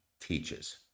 teaches